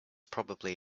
probably